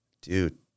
dude